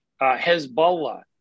Hezbollah